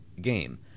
game